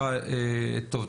טוב,